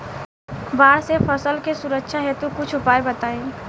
बाढ़ से फसल के सुरक्षा हेतु कुछ उपाय बताई?